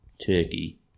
Turkey